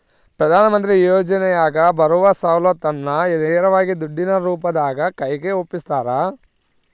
ಪ್ರಧಾನ ಮಂತ್ರಿ ಯೋಜನೆಯಾಗ ಬರುವ ಸೌಲತ್ತನ್ನ ನೇರವಾಗಿ ದುಡ್ಡಿನ ರೂಪದಾಗ ಕೈಗೆ ಒಪ್ಪಿಸ್ತಾರ?